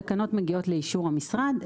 תקנות מגיעות לאישור המשרד,